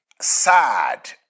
sad